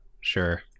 Sure